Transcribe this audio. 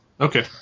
Okay